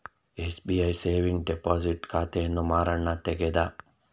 SBI saving deposit ಖಾತೆಯನ್ನು ಮಾರಣ್ಣ ತೆಗದ